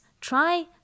Try